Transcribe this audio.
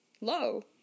low